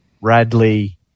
Radley